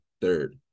third